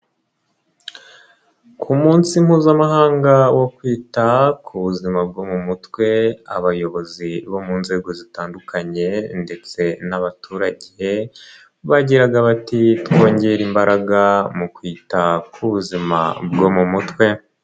Ku munsi mpuzamahanga wo kwita ku buzima bwo mu mutwe, abayobozi bo mu nzego zitandukanye ndetse n'abaturage bagiraga bati "twongere imbaraga mu kwita ku buzima bwo mu mutwe".